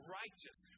righteous